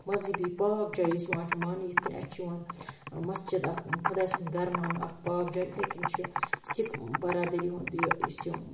مَذہنی پاک جاے یُس یِوان چھ ماننہ یِتھ کنۍ اَسہِ چھ یِوان مَسجِد اکھ خۄدے سُنٛد گَرٕ ماننہٕ اکھ پاک جاے یِتھے کنۍ چھِ سِک بَرادری ہُنٛد یہِ یُس یہِ